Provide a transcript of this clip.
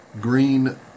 green